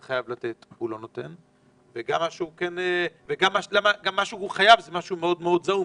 מה שהוא חייב לתת ולמה מה שהוא חייב זה כל כך זעום,